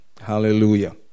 Hallelujah